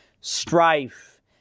strife